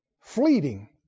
Fleeting